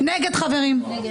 מי נמנע?